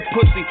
pussy